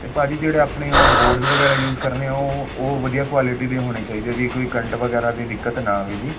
ਅਤੇ ਭਾਅ ਜੀ ਜਿਹੜੇ ਆਪਣੇ ਉਹ ਬੋਰਡਸ ਵਗੈਰਾ ਯੂਜ ਕਰਨੇ ਆ ਉਹ ਉਹ ਵਧੀਆ ਕੁਆਲਿਟੀ ਦੇ ਹੋਣੇ ਚਾਹੀਦੇ ਜੀ ਕੋਈ ਕਰੰਟ ਵਗੈਰਾ ਦੀ ਦਿੱਕਤ ਨਾ ਆਵੇ ਜੀ